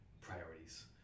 priorities